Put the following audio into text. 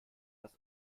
das